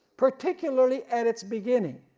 particularly at its beginning.